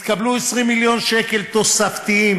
התקבלו 20 מיליון שקל תוספתיים